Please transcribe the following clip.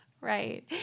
right